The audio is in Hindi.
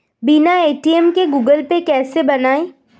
बिना ए.टी.एम के गूगल पे कैसे बनायें?